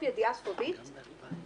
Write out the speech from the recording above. יש חובה לשמור על טוהר המידות של חברי הכנסת,